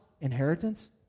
inheritance